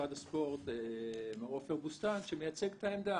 ממשרד הספורט מר עופר בוסתן שמייצג את העמדה.